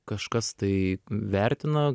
kažkas tai vertina